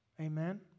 Amen